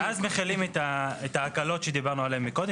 ואז מחילים את ההקלות שדיברנו עליהן מקודם,